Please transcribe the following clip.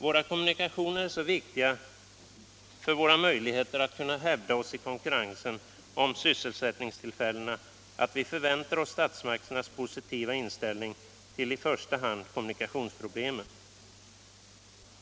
Våra kommunikationer är så viktiga för våra möjligheter att hävda oss i konkurrensen om sysselsättningstillfällena att vi förväntar oss statsmakternas positiva inställning till i första hand kommunikationsproblemen.